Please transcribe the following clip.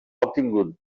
obtingut